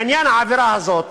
לעניין העבירה הזאת,